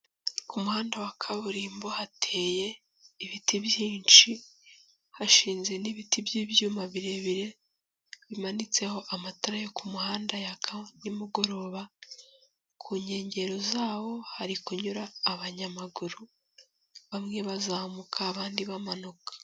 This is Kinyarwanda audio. Ku muhanda wa kaburimbo hateye ibiti byinshi. Hashinze n'ibiti by'ibyuma birebire, bimanitseho amatara yo ku muhanda yaka nimugoroba. Ku nkengero zawo hari kunyura abanyamaguru, bamwe bazamuka abandi bamanuka.